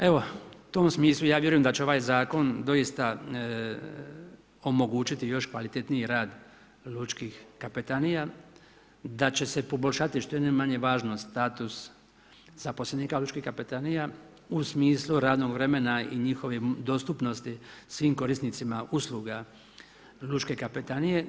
Evo u tom smislu ja vjerujem da će ovaj zakon, doista omogućiti još kvalitetniji rad lučkih kapetanija, da se poboljšati što je najmanje važnost status zaposlenika lučkih kapetanija u smislu radnog vremena i njihove dostupnosti svim korisnicima usluga lučke kapetanije.